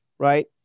Right